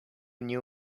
new